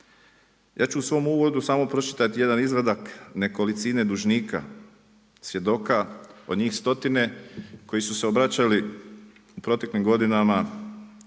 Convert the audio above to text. Ja ću u svom uvodu samo pročitati jedan izvadak nekolicine dužnika, svjedoka, od njih stotine koji su se obraćali u proteklim godinama